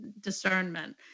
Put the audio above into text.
discernment